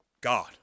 God